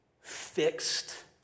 fixed